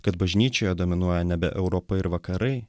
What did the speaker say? kad bažnyčioje dominuoja nebe europa ir vakarai